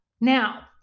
Now